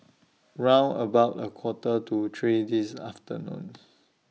round about A Quarter to three This afternoon